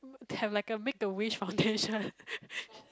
can like a Make A Wish foundation